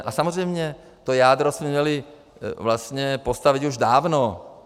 A samozřejmě, to jádro jsme měli vlastně postavit už dávno.